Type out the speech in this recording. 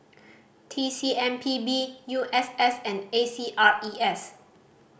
T C M P B U S S and A C R E S